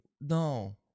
No